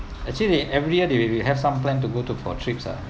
actually they every year they'll have some plan to go to for trips ah